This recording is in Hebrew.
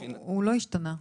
הוא לא השתנה,